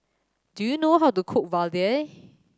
do you know how to cook vadai